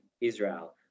Israel